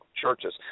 churches